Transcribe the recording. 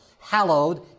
hallowed